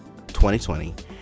2020